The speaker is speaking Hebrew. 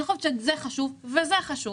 אני חושבת שזה חשוב וזה חשוב.